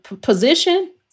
position